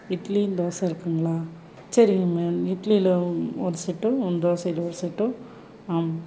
இட்லி தோசை இருக்குதுங்களா சரிங்க மேம் இட்லியில் ஒரு செட்டும் தோசையில் ஒரு செட்டும் ஆ